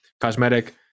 cosmetic